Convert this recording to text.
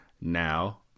Now